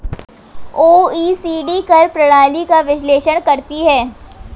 OECD कर प्रणाली का विश्लेषण करती हैं